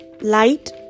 light